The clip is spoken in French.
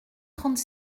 trente